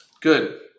Good